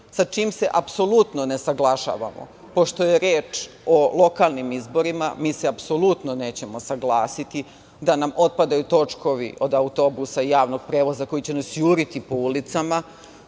Sa čim se apsolutno ne saglašavamo? Pošto je reč o lokalnim izborima, mi se apsolutno nećemo saglasiti da nam otpadaju točkovi od autobusa i javnog prevoza koji će nas juriti po ulicama